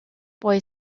boy